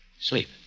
Sleep